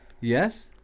Yes